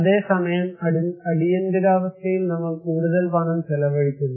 അതേസമയം അടിയന്തരാവസ്ഥയിൽ നമ്മൾ കൂടുതൽ പണം ചിലവഴിക്കുന്നു